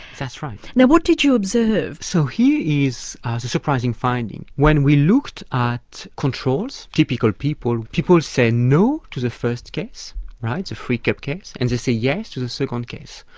that's right. now what did you observe? so here is the surprising finding. when we looked at controls, typical people, people say no to the first case right, the free cup case, and they say yes to the second case.